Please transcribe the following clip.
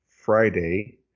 Friday